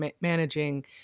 managing